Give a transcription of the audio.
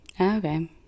Okay